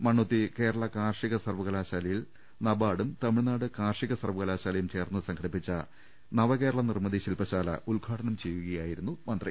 മണ്ണുത്തി കേരള കാർഷിക സർവകലാശാലയിൽ നബാർഡും തമിഴ്നാട് കാർഷിക സർവകലാശാലയും ചേർന്ന് സംഘടിപ്പിച്ച നവകേരള നിർമ്മിതി ശില്പശാല ഉദ്ഘാടനം ചെയ്യുകയായിരുന്നു മന്ത്രി